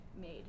made